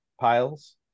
piles